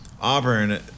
Auburn